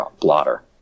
blotter